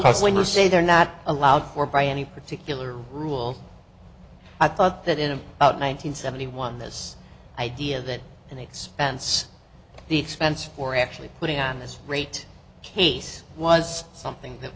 l when you say they're not allowed for by any particular rule i thought that in and out nine hundred seventy one this idea that an expense the expense for actually putting on this rate case was something that